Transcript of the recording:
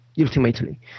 ultimately